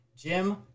Jim